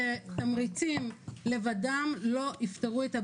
שתמריצים לבדם לא יתפרו את הבעיה,